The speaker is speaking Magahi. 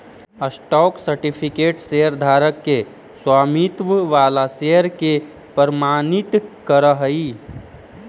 स्टॉक सर्टिफिकेट शेयरधारक के स्वामित्व वाला शेयर के प्रमाणित करऽ हइ